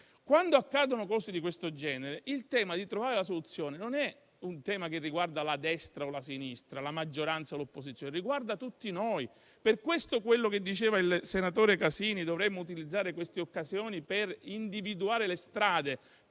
Quando accadono cose di questo genere, trovare la soluzione non è un tema che riguarda la destra o la sinistra, la maggioranza o l'opposizione, ma tutti noi. Come diceva il senatore Casini, dovremmo utilizzare queste occasioni per individuare le strade,